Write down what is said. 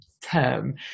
term